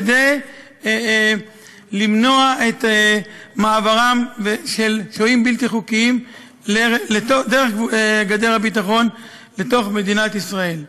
כדי למנוע מעבר של שוהים בלתי חוקיים דרך גדר הביטחון לתוך מדינת ישראל.